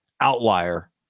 outlier